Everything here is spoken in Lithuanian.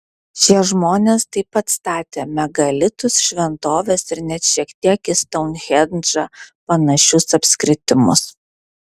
šie žmonės taip pat statė megalitus šventoves ir net šiek tiek į stounhendžą panašius apskritimus